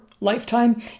lifetime